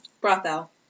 Brothel